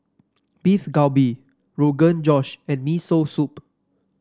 Beef Galbi Rogan Josh and Miso Soup